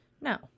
no